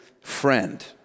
friend